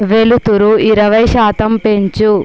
వెలుతురు ఇరవై శాతం పెంచు